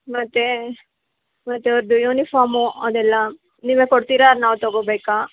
ಮತ್ತೆ ಮತ್ತೆಅವ್ರದು ಯುನಿಫಾಮು ಅದೆಲ್ಲ ನೀವೇ ಕೊಡ್ತೀರಾ ಅದು ನಾವು ತಗೋಬೇಕಾ